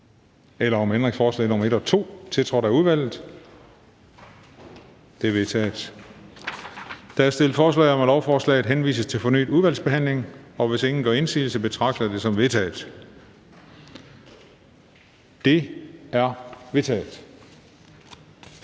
eller om ændringsforslag nr. 1 og 2, tiltrådt af udvalget? De er vedtaget. Der er stillet forslag om, at lovforslaget henvises til fornyet udvalgsbehandling, og hvis ingen gør indsigelse, betragter jeg det som vedtaget. Det er vedtaget.